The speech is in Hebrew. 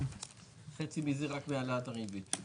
חצי מזה רק מהעלאת הריבית.